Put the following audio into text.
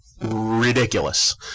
Ridiculous